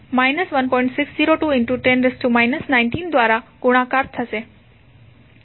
60210 19 દ્વારા ગુણાકાર થશે